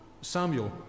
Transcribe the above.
Samuel